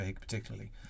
particularly